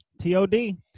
T-O-D